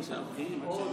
סער,